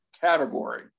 category